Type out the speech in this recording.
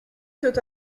soit